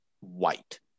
white